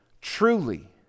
truly